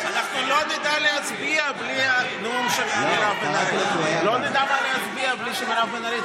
אנחנו לא נדע להצביע בלי הנאום של מירב בן ארי.